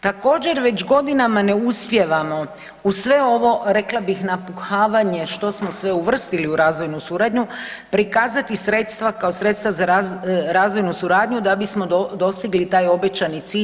Također već godinama ne uspijevamo uz sve ovo rekla bih napuhavanje što smo sve uvrstili u razvojnu suradnju prikazati sredstva kao sredstva za razvojnu suradnju da bismo dosegli taj obećani cilj.